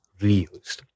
reused